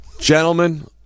Gentlemen –